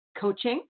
coaching